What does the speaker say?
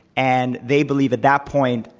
and they believe at that point,